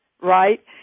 right